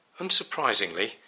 Unsurprisingly